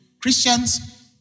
Christians